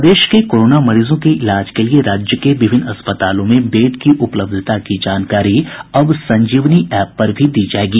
प्रदेश के कोरोना मरीजों के इलाज के लिए राज्य के विभिन्न अस्पतालों में बेड की उपलब्धता की जानकारी अब संजीवनी एप पर दी जायेगी